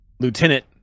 Lieutenant